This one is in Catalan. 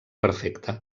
perfecte